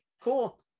cool